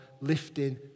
lifting